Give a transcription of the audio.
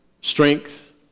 Strength